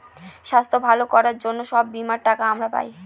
স্বাস্থ্য ভালো করার জন্য সব বীমার টাকা আমরা পায়